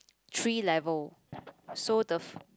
three level so the